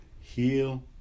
heal